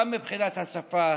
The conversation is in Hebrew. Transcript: גם מבחינת השפה,